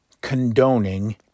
condoning